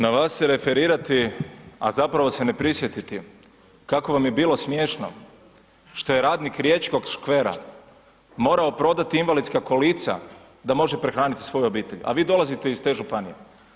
Na vas se referirati a zapravo se ne prisjetiti kako vam je bilo smiješno što je radnik riječkog škvera morao prodati invalidska kolica da može prehraniti svoju obitelj a vi dolazite iz te županije.